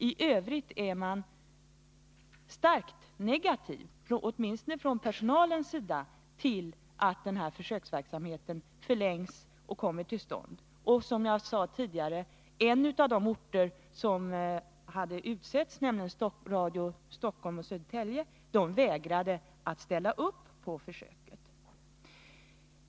I övrigt är man starkt negativ, åtminstone från personalens sida, till att den här försöksverksamheten förlängs eller kommer till stånd. Som jag tidigare sade har lokalradion i Stockholm och Södertälje, som tillhör de orter som utsetts, vägrat att ställa upp på ett försök.